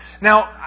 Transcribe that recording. Now